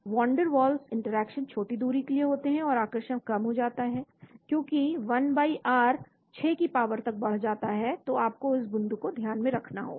van der Waals interaction छोटी दूरी के लिए होते हैं और आकर्षण कम हो जाता है क्योंकि 1r 6 की पावर तक बढ़ जाता है तो आपको उस बिंदु को ध्यान में रखना होगा